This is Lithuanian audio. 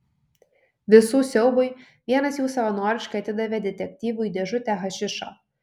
visų siaubui vienas jų savanoriškai atidavė detektyvui dėžutę hašišo